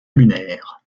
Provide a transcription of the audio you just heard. lunaire